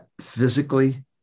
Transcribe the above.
physically